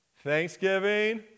Thanksgiving